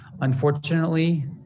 Unfortunately